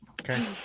Okay